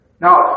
Now